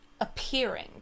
appearing